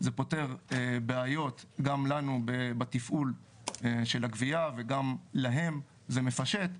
זה פותר בעיות גם לנו בתפעול של הגבייה וגם להם זה מפשט,